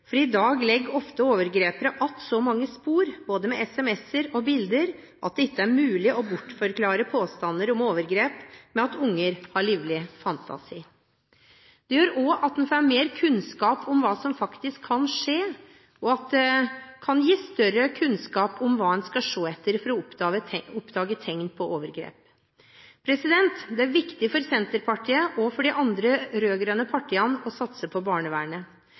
for i dag legger ofte overgriperne igjen så mange spor, både med SMS-er og bilder, at det ikke er mulig å bortforklare påstander om overgrep med at barn har livlig fantasi. Det gjør også at en får mer kunnskap om hva som faktisk kan skje, og det kan gi større kunnskap om hva en skal se etter for å oppdage tegn på overgrep. Det er viktig for Senterpartiet og for de andre rød-grønne partiene å satse på barnevernet,